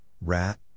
rat